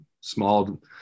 small